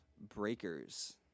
Breakers